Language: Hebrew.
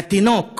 והתינוק